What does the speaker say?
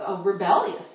rebellious